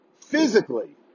physically